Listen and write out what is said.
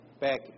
back